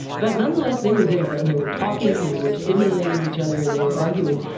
but nonetheless they were there and they were talking and they were stimulating each other and they were arguing.